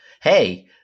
hey